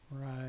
Right